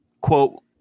quote